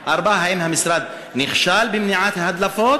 4. האם המשרד נכשל במניעת ההדלפות?